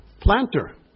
planter